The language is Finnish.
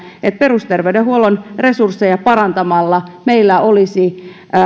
perusterveydenhuollon resursseja parantamalla meillä olisi erittäin